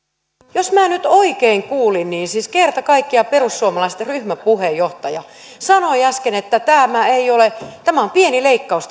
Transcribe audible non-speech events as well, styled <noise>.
jos minä nyt oikein kuulin niin siis kerta kaikkiaan perussuomalaisten ryhmäpuheenjohtaja sanoi äsken että tämä opintorahasta tehtävä leikkaus on pieni leikkaus <unintelligible>